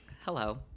Hello